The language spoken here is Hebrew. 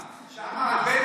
חבל,